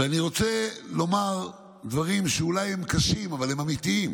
ואני רוצה לומר דברים שהם אולי קשים אבל אמיתיים: